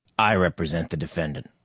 i represent the defendant.